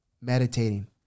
meditating